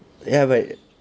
ya but